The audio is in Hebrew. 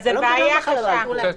אז זו בעיה קשה.